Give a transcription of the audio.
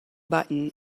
button